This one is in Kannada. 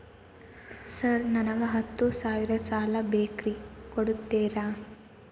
ಸರ್ ನನಗ ಹತ್ತು ಸಾವಿರ ಸಾಲ ಬೇಕ್ರಿ ಕೊಡುತ್ತೇರಾ?